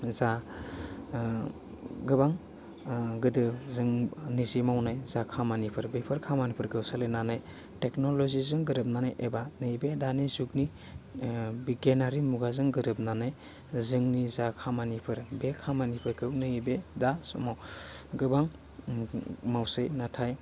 जा गोबां गोदो जों निजे मावनाय जा खामानिफोर बेफोर खामानिफोरखौ सोलिनानै टेक्न'ल'जिजों गोरोबनानै एबा नैबे दानि जुगनि बिगियानारि मुगाजों गोरोबनानै जोंनि जा खामानिफोर बे खामानिफोरखौ नैबे दा समाव गोबां उम मावसै नाथाय